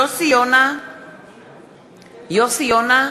יוסי יונה,